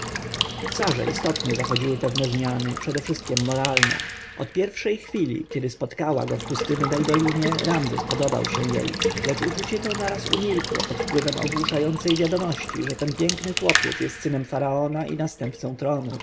sarze istotnie zachodziły pewne zmiany przedewszystkiem moralne od pierwszej chwili kiedy spotkała księcia w pustynnej dolinie ramzes podobał się jej lecz uczucie to naraz umilkło pod wpływem ogłuszającej wiadomości że ten piękny chłopiec jest synem faraona i następcą